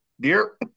Dear